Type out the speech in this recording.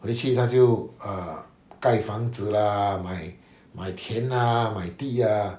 回去他就 err 盖房子 lah 买买田 ah 买地 ah